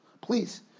Please